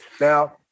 Now